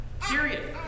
period